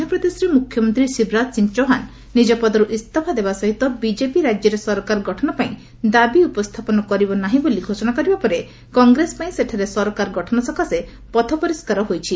ମଧ୍ୟପ୍ରଦେଶରେ ମ୍ରଖ୍ୟମନ୍ତ୍ରୀ ଶିବରାଜ ସିଂହ ଚୌହାନ ନିଜ ପଦର୍ ଇସ୍ତଫା ଦେବା ସହିତ ବିଜେପି ରାଜ୍ୟରେ ସରକାର ଗଠନ ପାଇଁ ଦାବି ଉପସ୍ଥାପନ କରିବ ନାହିଁ ବୋଲି ଘୋଷଣା କରିବା ପରେ କଂଗ୍ରେସ ପାଇଁ ସେଠାରେ ସରକାର ଗଠନ ସକାଶେ ପଥପରିଷ୍କାର ହୋଇଛି